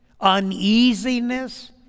uneasiness